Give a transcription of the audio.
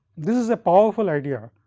this is a powerful idea,